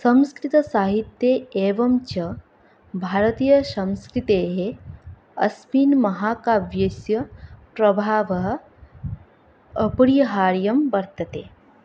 संस्कृतसाहित्ये एवञ्च भारतीयसंस्कृतेः अस्मिन् महाकाव्यस्य प्रभावः अपरिहार्यं वर्तते